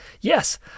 Yes